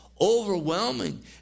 overwhelming